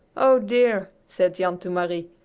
oh, dear! said jan to marie.